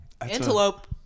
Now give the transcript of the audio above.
Antelope